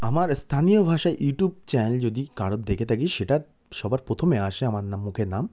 আমার স্থানীয় ভাষায় ইউটিউব চ্যানেল যদি কারোর দেখে থাকি সেটা সবার প্রথমে আসে আমার নাম মুখে নাম